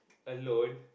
alone